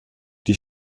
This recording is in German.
die